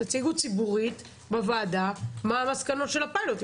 תציגו ציבורית בוועדה מה המסקנות של הפיילוט.